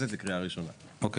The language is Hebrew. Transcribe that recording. אני